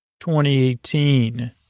2018